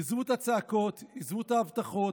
עזבו את הצעקות, עזבו את ההבטחות,